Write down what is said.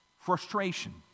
frustration